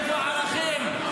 איפה הערכים?